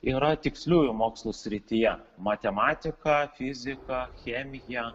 yra tiksliųjų mokslų srityje matematika fizika chemija